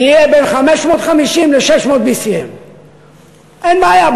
תהיה בין 550 ל-600 BCM. אין בעיה,